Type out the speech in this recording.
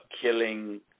killing